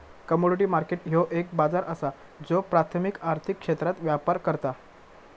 commodity market ह्यो एक बाजार असा ज्यो प्राथमिक आर्थिक क्षेत्रात व्यापार करता